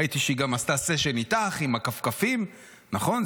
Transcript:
ראיתי שהיא גם עשתה סשן איתך עם הכפכפים, נכון?